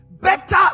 Better